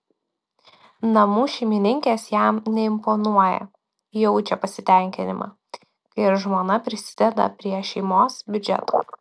namų šeimininkės jam neimponuoja jaučia pasitenkinimą kai ir žmona prisideda prie šeimos biudžeto